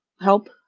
help